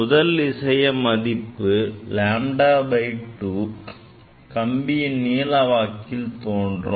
முதல் இசையம் மதிப்பு λ2 கம்பியின் நீளவாக்கில் தோன்றும்